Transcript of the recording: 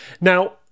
Now